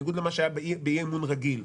בניגוד למה שהיה באי-אימון רגיל.